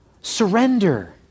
surrender